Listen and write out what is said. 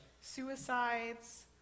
suicides